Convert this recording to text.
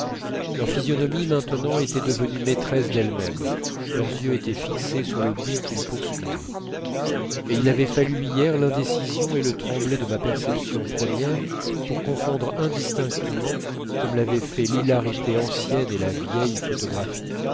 leurs physionomies maintenant étaient devenues maîtresses d'elles-mêmes leurs yeux étaient fixés sur le but qu'ils poursuivaient et il avait fallu hier l'indécision et le tremblé de ma perception première pour confondre indistinctement comme l'avaient fait l'hilarité ancienne et la vieille photographie